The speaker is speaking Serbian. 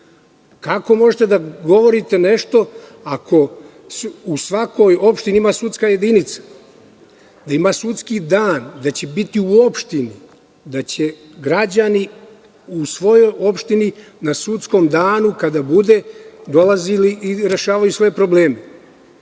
možete da govorite nešto, ako u svakoj opštini ima sudska jedinica, da ima sudski dan, da će biti u opštini, da će građani u svojoj opštini na sudskom danu, kada bude, dolaze da rešavaju svoje probleme?